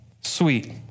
Sweet